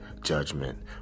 judgment